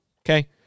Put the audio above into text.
Okay